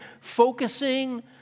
focusing